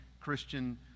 Christian